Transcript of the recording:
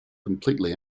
completely